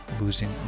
losing